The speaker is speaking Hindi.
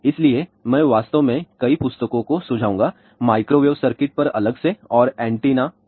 इसलिए मैं वास्तव में कई पुस्तकों को सुझाऊंगा माइक्रोवेव सर्किट पर अलग से और एंटेना पर अलग से